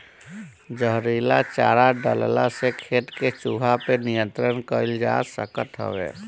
जहरीला चारा डलला से खेत के चूहा पे नियंत्रण कईल जा सकत हवे